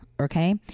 Okay